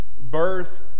birth